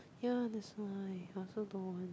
ya that's why I also don't want